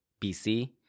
BC